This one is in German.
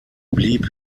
blieb